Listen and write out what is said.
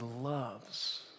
loves